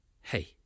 Hey